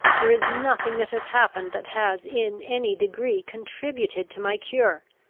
there is nothing that has happened that has in any degree contributed to my cure.